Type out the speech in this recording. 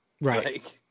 right